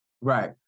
Right